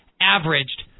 averaged